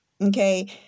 okay